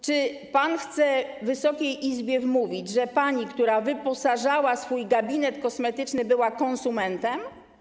Czy pan chce Wysokiej Izbie wmówić, że pani, która wyposażała swój gabinet kosmetyczny, była konsumentem?